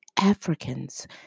Africans